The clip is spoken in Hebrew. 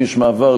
אם יש מעבר,